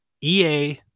EA